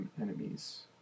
enemies